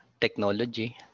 technology